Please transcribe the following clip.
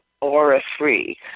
aura-free